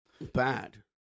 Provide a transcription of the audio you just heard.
Bad